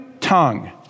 tongue